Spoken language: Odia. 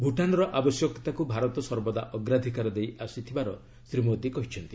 ଭୁଟାନ୍ର ଆବଶ୍ୟକତାକୁ ଭାରତ ସର୍ବଦା ଅଗ୍ରାଧିକାର ଦେଇ ଆସିଥିବାର ଶ୍ରୀ ମୋଦି କହିଛନ୍ତି